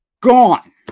gone